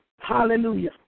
Hallelujah